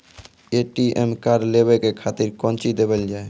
ATM card लेवे के खातिर कौंची देवल जाए?